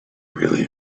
really